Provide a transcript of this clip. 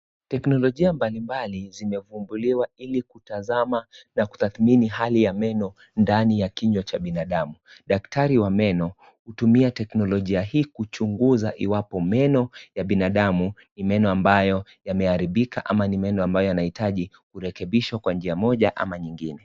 Teknolojia mbalimbali zimefumbuliwa ili kutazama na kutathmini hali ya meno ndani ya kinywa cha binadamu. Daktari wa meno hutumia teknolojia hii kuchunguza iwapo meno ya binadamu ni meno ambayo yameharibika ama ni meno ambayo yanahitaji kurekebishwa kwa njia moja ama nyingine.